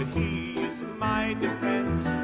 he is my defense,